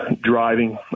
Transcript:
driving